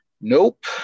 nope